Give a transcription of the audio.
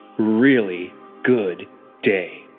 really good day.